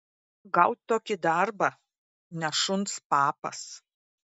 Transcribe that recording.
gaut tokį darbą ne šuns papas